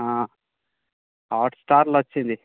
హాట్స్టార్లో వచ్చింది